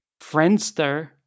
Friendster